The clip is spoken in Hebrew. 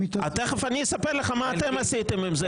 תכף אני אספר לך מה אתם עשיתם עם זה,